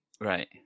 Right